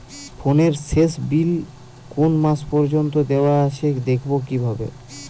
ফোনের শেষ বিল কোন মাস পর্যন্ত দেওয়া আছে দেখবো কিভাবে?